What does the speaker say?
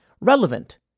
relevant